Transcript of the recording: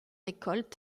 récoltes